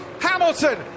Hamilton